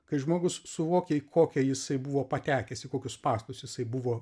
kai žmogus suvokia į kokią jisai buvo patekęs į kokius spąstus jisai buvo